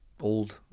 old